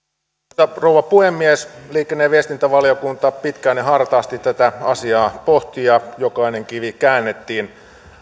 arvoisa rouva puhemies liikenne ja viestintävaliokunta pitkään ja hartaasti tätä asiaa pohti ja jokainen kivi käännettiin